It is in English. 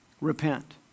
Repent